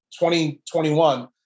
2021